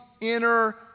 inner